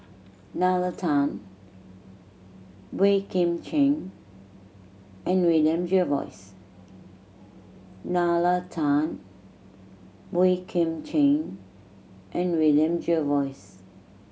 Nalla Tan Boey Kim Cheng and William Jervois